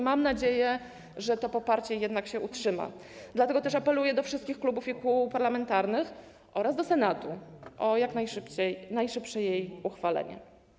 Mam nadzieję, że to poparcie jednak się utrzyma, dlatego też apeluję do wszystkich klubów i kół parlamentarnych oraz do Senatu o jak najszybsze jej uchwalenie.